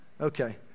Okay